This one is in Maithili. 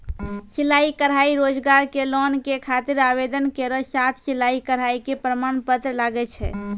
सिलाई कढ़ाई रोजगार के लोन के खातिर आवेदन केरो साथ सिलाई कढ़ाई के प्रमाण पत्र लागै छै?